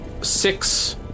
six